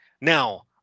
Now